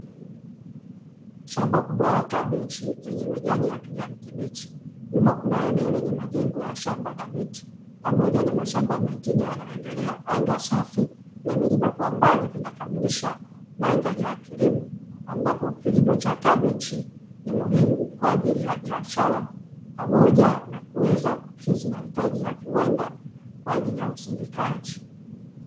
Shamba kubwa la kabichi zenye majani ya kijani kibichi. Nyuma kuna eneo lenye majengo ya shamba na miti, pamoja na mashamba mengine yanaoendelea. Anga safi na milima kwa mbali vinakamilisha mandhari ya kilimo, ambapo kilimo cha kabichi ni muhimu kwa ajili ya biashara pamoja na kuweza kukidhi mahitaji ya viwanda kwa ajili ya usindikaji.